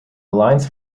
alliance